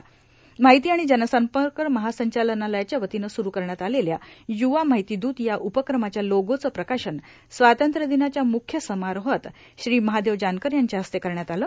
मार्ााहती आर्माण जनसंपक महासंचालनालयाच्या वतीनं सुरु करण्यात आलेल्या युवा मार्ाहती दूत या उपक्रमाच्या लोगोचं प्रकाशन स्वातंत्र्यादनाच्या मुख्य समारोहात श्री महादेव जानकर यांच्या हस्ते करण्यात आलं